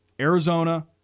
arizona